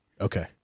Okay